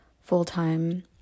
full-time